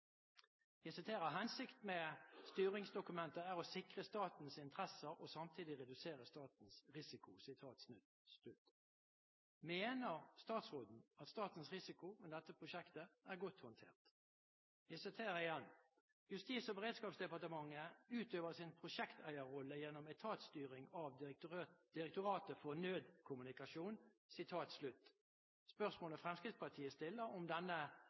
Jeg siterer: «Hensikten med dette styringsdokumentet er å sikre statens interesser og samtidig redusere statens risiko.» Mener statsråden at statens risiko ved dette prosjektet er godt håndtert? Jeg siterer igjen: «Justis- og beredskapsdepartementet skal utøve sin prosjekteierrolle gjennom etatsstyring av Direktoratet for nødkommunikasjon.» Spørsmålet Fremskrittspartiet stiller, er om denne